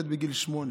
ילד בגיל שמונה.